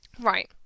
Right